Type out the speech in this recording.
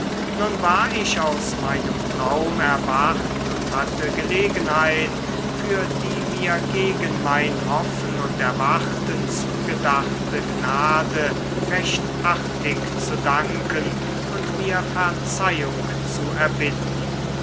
nun war ich aus meinem traum erwacht und hatte gelegenheit für die mir gegen mein hoffen und erwarten zugedachte gnade recht artig zu danken und mir verzeihung zu erbitten